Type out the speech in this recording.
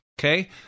Okay